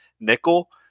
nickel